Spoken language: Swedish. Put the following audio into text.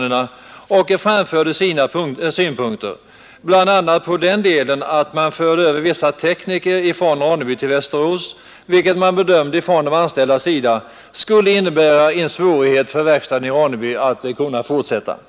De anställda framförde därvid sina synpunkter, bl.a. på att vissa tekniker skulle föras över från Ronneby till Västerås, vilket enligt de anställdas bedömning skulle kunna innebära svårigheter för verkstaden i Ronneby att fortsätta sin verksamhet. Dessa farhågor har också besannats.